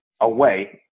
away